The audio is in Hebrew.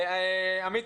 עמית,